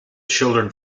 children